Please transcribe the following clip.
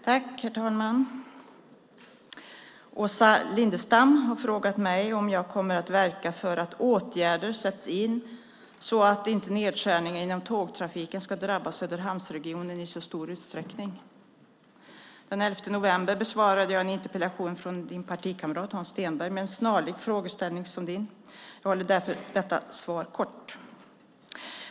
Herr talman! Åsa Lindestam har frågat mig om jag kommer att verka för att åtgärder sätts in så att inte nedskärningar inom tågtrafiken ska drabba Söderhamnsregionen i så stor utsträckning. Den 11 november besvarade jag en interpellation från Åsa Lindestams partikamrat Hans Stenberg med en snarlik frågeställning. Jag håller därför detta svar kort.